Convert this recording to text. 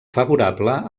favorable